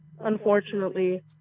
Unfortunately